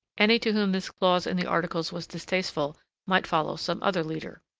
any to whom this clause in the articles was distasteful might follow some other leader.